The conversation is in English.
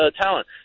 talent